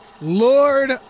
Lord